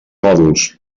mòduls